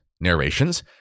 narrations